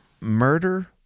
murder